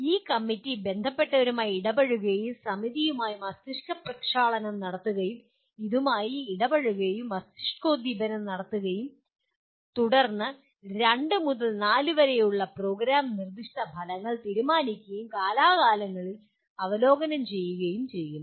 ഈ കമ്മിറ്റി ബന്ധപ്പെട്ടവരുമായി ഇടപഴകുകയും സമിതിയുമായി മസ്തിഷ്ക പ്രക്ഷാളനം നടത്തുകയും ഇതുമായി ഇടപഴകുകയും മസ്തിഷ്കോദ്ദീപനം നടത്തുകയും തുടർന്ന് രണ്ട് മുതൽ നാല് വരെയുള്ള പ്രോഗ്രാം നിർദ്ദിഷ്ട ഫലങ്ങൾ തീരുമാനിക്കുകയും കാലാകാലങ്ങളിൽ അവലോകനം ചെയ്യുകയും ചെയ്യും